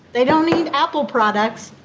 they don't eat apple products,